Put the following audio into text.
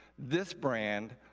this brand,